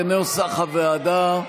כנוסח הוועדה.